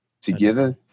together